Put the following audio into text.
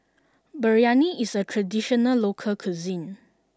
Biryani is a traditional local cuisine